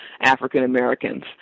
African-Americans